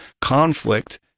conflict